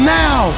now